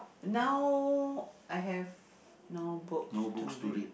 now I have no books to read